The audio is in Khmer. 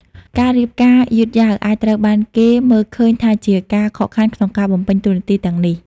ការរៀបការយឺតយ៉ាវអាចត្រូវបានគេមើលឃើញថាជាការខកខានក្នុងការបំពេញតួនាទីទាំងនេះ ។